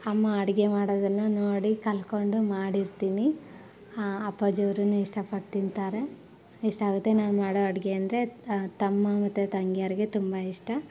ಅಮ್ಮ ಅಡುಗೆ ಮಾಡೋದನ್ನು ನೋಡಿ ಕಲ್ಕೊಂಡು ಮಾಡಿರ್ತೀನಿ ಅಪ್ಪಾಜಿ ಅವರೂ ಇಷ್ಟಪಟ್ಟು ತಿಂತಾರೆ ಇಷ್ಟ ಆಗುತ್ತೆ ನಾನ್ನು ಮಾಡೊ ಅಡುಗೆ ಅಂದರೆ ತಮ್ಮ ಮತ್ತೆ ತಂಗಿಯರಿಗೆ ತುಂಬ ಇಷ್ಟ